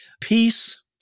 peace